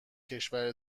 کشور